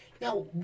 Now